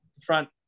front